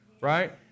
right